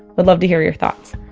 would love to hear your thoughts